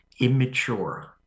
immature